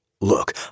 Look